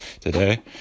today